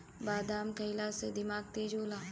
बादाम खइला से दिमाग तेज होला